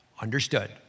Understood